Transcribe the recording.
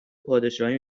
پادشاهی